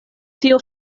tio